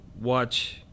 watch